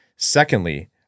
Secondly